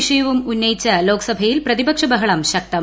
വിഷയവും ഉന്നയിച്ച് ക പ്രലോക്സഭയിൽ പ്രതിപക്ഷ ബഹളംശക്തം